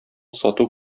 сату